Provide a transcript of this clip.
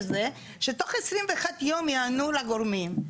שתוך 21 יום ייתנו אישורים.